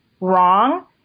wrong